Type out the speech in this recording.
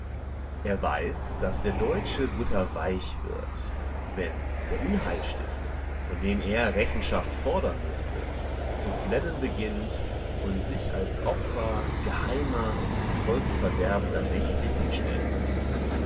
er weiß daß der deutsche butterweich wird wenn der unheilstifter von dem er rechenschaft fordern müßte zu flennen beginnt und sich als opfer geheimer volksverderbender mächte hinstellt